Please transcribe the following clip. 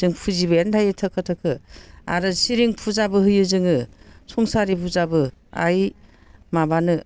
जों फुजिबायानो थायो थोखो थोखो आरो सिरिं फुजाबो होयो जोंङो समसारि फुजाबो आइ माबानो